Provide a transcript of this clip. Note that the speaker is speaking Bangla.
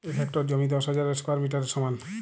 এক হেক্টর জমি দশ হাজার স্কোয়ার মিটারের সমান